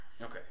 Okay